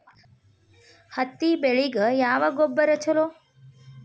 ಹತ್ತಿ ಬೆಳಿಗ ಯಾವ ಗೊಬ್ಬರ ಛಲೋ?